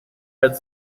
had